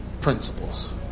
principles